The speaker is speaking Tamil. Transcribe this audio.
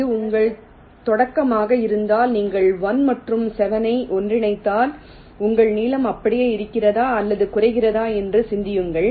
இது உங்கள் தொடக்கமாக இருந்ததால் நீங்கள் 1 மற்றும் 7 ஐ ஒன்றிணைத்தால் உங்கள் நீளம் அப்படியே இருக்கிறதா அல்லது குறைக்கிறதா என்று சிந்தியுங்கள்